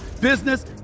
business